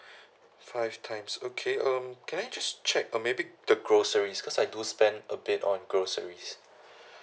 five times okay um can I just check uh maybe the groceries cause I do spend a bit on groceries